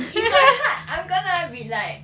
in my heart I'm gonna be like